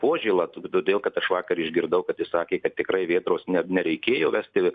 požėla todėl kad aš vakar išgirdau kad jis sakė kad tikrai vėtros ne nereikėjo vesti